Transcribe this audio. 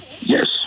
Yes